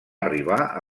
arribar